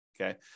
Okay